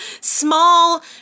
small